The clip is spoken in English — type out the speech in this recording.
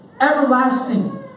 everlasting